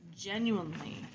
genuinely